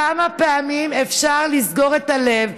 כמה פעמים אפשר לסגור את הלב,